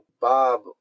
Bob